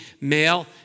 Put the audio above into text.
male